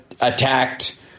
attacked